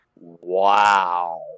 Wow